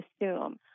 assume